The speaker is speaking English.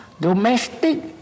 domestic